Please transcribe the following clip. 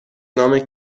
نام